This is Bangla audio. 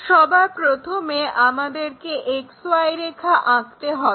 সবার প্রথমে আমাদেরকে XY রেখা আঁকতে হবে